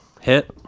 hit